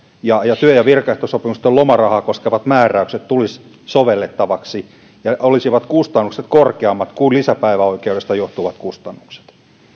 ja ja työ ja virkaehtosopimusten lomarahaa koskevat määräykset tulisivat sovellettavaksi ja kustannukset olisivat korkeammat kuin lisäpäiväoikeudesta johtuvat kustannukset